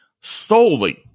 solely